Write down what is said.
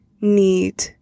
need